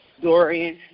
Dorian